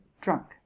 drunk